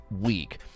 week